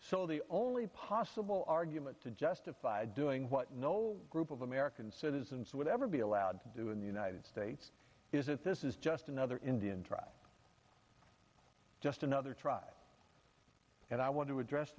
so the only possible argument to justify doing what no group of american citizens would ever be allowed to do in the united states is that this is just another indian tribe just another tribe and i want to address